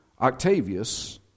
Octavius